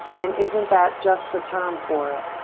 and isn't that just the term for it?